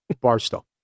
Barstow